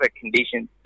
conditions